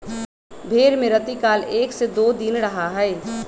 भेंड़ में रतिकाल एक से दो दिन रहा हई